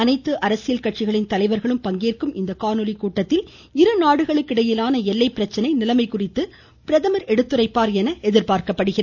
அனைத்து அரசியல் கட்சிகளின் தலைவர்களும் பங்கேற்கும் இந்த காணொலி கூட்டத்தில் இரு நாடுகளுக்கு இடையிலான எல்லை பிரச்சினை நிலைமை குறித்து பிரதமா் எடுத்துரைப்பாா் என தெரிகிறது